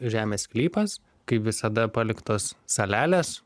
žemės sklypas kaip visada paliktos salelės